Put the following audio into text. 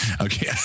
Okay